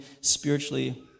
spiritually